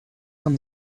was